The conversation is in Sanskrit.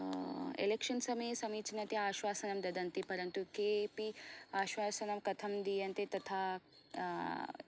एलेक्शन् समये समीचीनतया आश्वासनं ददन्ति परन्तु केपि आश्वासनं कथं दीयन्ते तथा